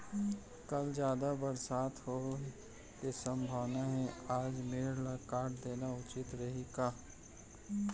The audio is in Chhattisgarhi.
कल जादा बरसात होये के सम्भावना हे, आज मेड़ ल काट देना उचित रही का?